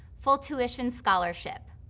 full tuition scholarship.